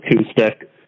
acoustic